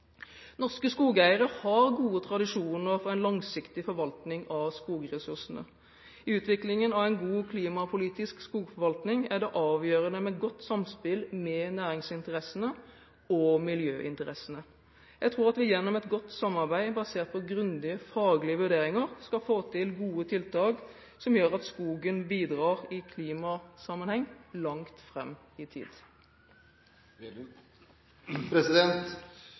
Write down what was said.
Norske skogeiere har gode tradisjoner for en langsiktig forvaltning av skogressursene. I utviklingen av en god klimapolitisk skogforvaltning er det avgjørende med godt samspill med næringsinteressene og miljøinteressene. Jeg tror at vi gjennom et godt samarbeid, basert på grundige, faglige vurderinger, skal få til gode tiltak som gjør at skogen bidrar i klimasammenheng langt fram i tid.